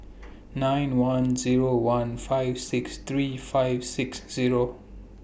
nine one Zero one five six three five six Zero